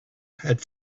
had